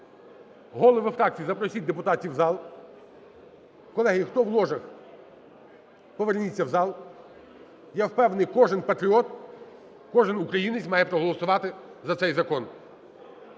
голови фракцій запросіть депутатів в зал. Колеги, хто в ложах, поверніться в зал. Я впевнений: кожен патріот, кожен українець має проголосувати за цей закон.